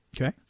Okay